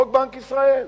חוק בנק ישראל.